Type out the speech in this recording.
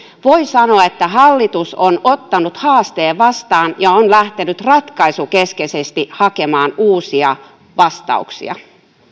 voi sanoa että hallitus on ottanut haasteen vastaan ja lähtenyt ratkaisukeskeisesti hakemaan uusia vastauksia